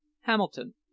hamilton